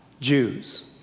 Jews